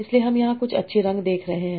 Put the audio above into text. इसलिए हम यहां कुछ अच्छे रंग देख रहे हैं